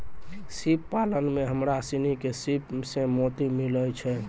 सिप पालन में हमरा सिनी के सिप सें मोती मिलय छै